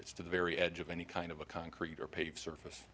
to the very edge of any kind of a concrete or paved surface